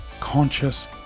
conscious